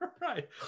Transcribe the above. right